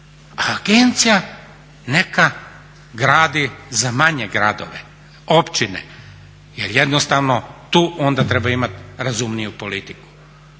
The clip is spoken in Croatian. A agencija neka gradi za manje gradove, općine jer tu treba imati razumiju politiku.